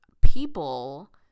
people